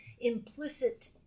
implicit